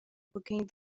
booking